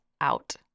out